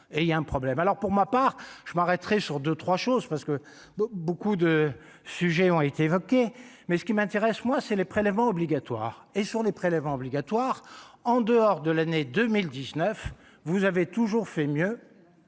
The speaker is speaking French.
et il y a un problème alors pour ma part, je m'arrêterai sur deux 3 choses parce que beaucoup de sujets ont été évoqués, mais ce qui m'intéresse moi, c'est les prélèvements obligatoires et sur les prélèvements obligatoires en dehors de l'année 2019, vous avez toujours fait mieux